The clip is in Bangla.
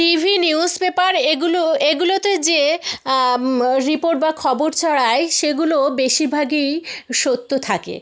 টি ভি নিউজপেপার এগুলো এগুলোতে যে রিপোর্ট বা খবর ছড়ায় সেগুলো বেশিরভাগই সত্য থাকে